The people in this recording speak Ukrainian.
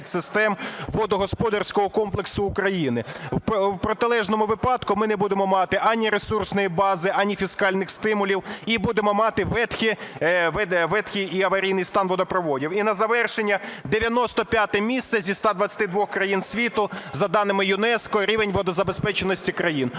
підсистем водогосподарського комплексу України. У протилежному випадку ми не будемо мати ані ресурсної бази, ані фіскальних стимулів і будемо мати ветхий і аварійний стан водопроводів. І на завершення. 95 місце зі 122 країн світу, за даними ЮНЕСКО, – рівень водозабезпеченості країни.